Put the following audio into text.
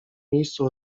miejscu